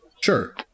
Sure